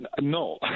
no